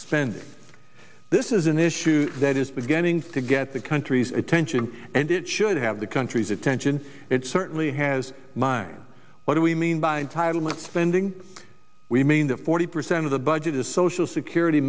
sending this is an issue that is beginning to get the country's attention and it should have the country's attention it certainly has mine what do we mean by entitlement spending we mean that forty percent of the budget is social security